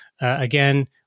again